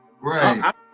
Right